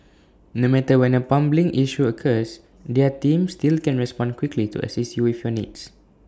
no matter when A plumbing issue occurs their team still can respond quickly to assist you with your needs